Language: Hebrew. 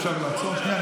אפשר לעצור שנייה,